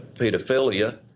pedophilia